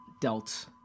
dealt